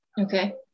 Okay